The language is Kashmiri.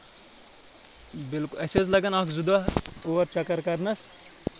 بِلکُل اَسہِ حظ لگن اکھ زٕ دۄہ اور چَکر کرنَس